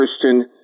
Christian